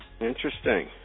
Interesting